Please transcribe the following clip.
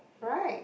right